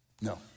No